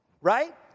Right